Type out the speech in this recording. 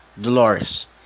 Dolores